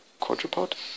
Quadrupod